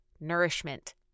nourishment